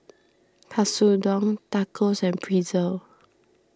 Katsudon Tacos and Pretzel